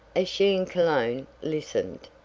as she and cologne listened.